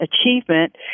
achievement